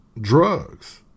drugs